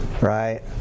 right